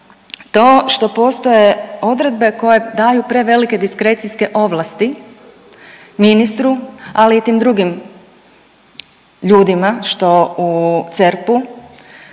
to što postoje odredbe koje daju prevelike diskrecijske ovlasti ministru, ali i tim drugim ljudima što u CERP-u